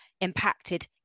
impacted